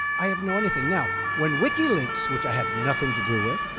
i have no anything. now, when wikileaks, which i had nothing to do with,